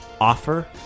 offer